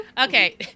Okay